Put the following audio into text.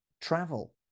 travel